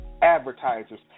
advertisers